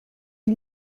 est